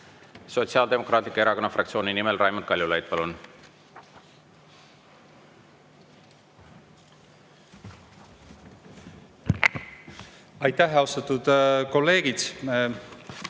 Sotsiaaldemokraatliku Erakonna fraktsiooni nimel Raimond Kaljulaid, palun! Aitäh! Austatud kolleegid!